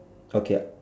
okay ah